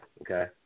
Okay